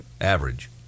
average